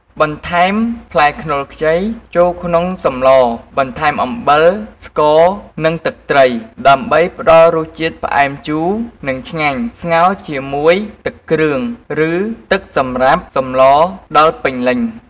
បន្ថែមផ្លែខ្នុរខ្ចីចូលក្នុងសម្ល បន្ថែមអំបិល ស្ករ និងទឹកត្រី ដើម្បីផ្តល់រសជាតិផ្អែមជូរ និងឆ្ងាញ់ ស្ងោរជាមួយទឹកគ្រឿង ឬទឹកសម្រាប់សម្លរដល់ពេញ លេញ។